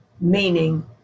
meaning